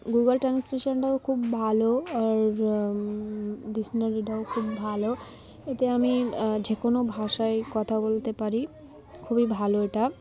Google ট্রান্সলেশনটাও খুব ভালো আর ডিকশনারিটাও খুব ভালো এতে আমি যে কোনো ভাষায় কথা বলতে পারি খুবই ভালো এটা